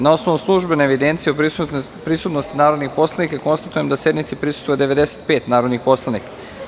Na osnovu službene evidencije o prisutnosti narodnih poslanika, konstatujem da sednici prisustvuje 95 narodnih poslanika.